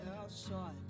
outside